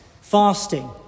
Fasting